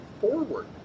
forward